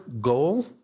goal